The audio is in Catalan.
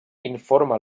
informa